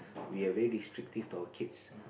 we are very restrictive to our kids